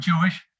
Jewish